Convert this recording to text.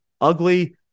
ugly